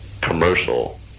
commercial